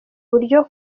buryo